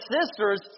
sisters